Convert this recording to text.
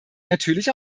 natürlich